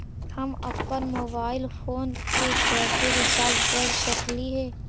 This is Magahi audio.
हम अप्पन मोबाईल फोन के कैसे रिचार्ज कर सकली हे?